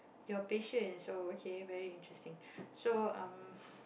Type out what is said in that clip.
your passion oh okay very interesting so um